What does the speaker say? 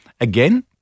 Again